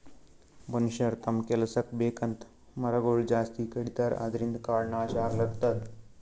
ಮನಷ್ಯರ್ ತಮ್ಮ್ ಕೆಲಸಕ್ಕ್ ಬೇಕಂತ್ ಮರಗೊಳ್ ಜಾಸ್ತಿ ಕಡಿತಾರ ಅದ್ರಿನ್ದ್ ಕಾಡ್ ನಾಶ್ ಆಗ್ಲತದ್